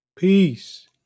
Peace